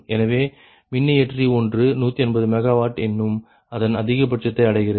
எனவே மின்னியற்றி ஒன்று 180 MW என்னும் அதன் அதிகபட்சத்தை அடைகிறது